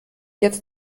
jetzt